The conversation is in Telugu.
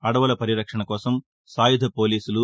అదవుల పరిరక్షణ కోసం సాయుధ పోలీసులు